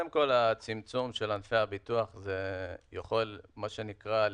ביטוח חיים, סיעודי, בריאות.